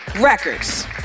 records